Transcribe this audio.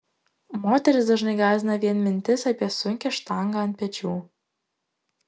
moteris dažnai gąsdina vien mintis apie sunkią štangą ant pečių